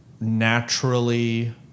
naturally